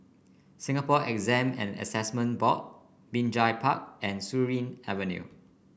Singapore Exam and Assessment Board Binjai Park and Surin Avenue